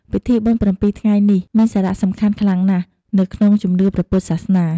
ពិធីបុណ្យប្រាំពីរថ្ងៃ នេះមានសារៈសំខាន់ខ្លាំងណាស់នៅក្នុងជំនឿព្រះពុទ្ធសាសនា។